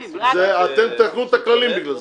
אתם תעכבו את הכללים בגלל זה.